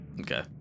Okay